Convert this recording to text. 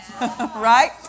Right